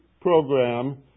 program